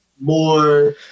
more